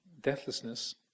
deathlessness